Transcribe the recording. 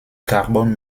carbone